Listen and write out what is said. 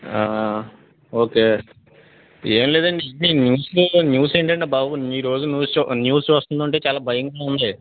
okay ఏం లేదండి news న్యూస్ని న్యూస్ ఏంటంటే బాబు ఈరోజు న్యూస్ న్యూస్ని చూస్తుంటుంటే చాల భయంగా ఉంది